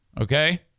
Okay